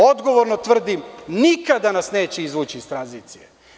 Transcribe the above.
Odgovorno tvrdim, nikada nas neće izvući iz tranzicije.